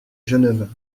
genevard